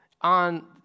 on